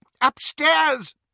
Upstairs